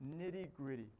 nitty-gritty